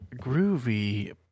groovy